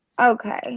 Okay